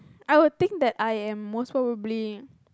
I would think that I am most probably